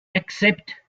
except